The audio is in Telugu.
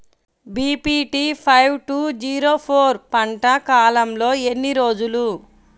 BPT five two zero four పంట కాలంలో ఎన్ని రోజులు?